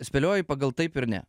spėlioji pagal taip ir ne